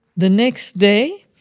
the next day,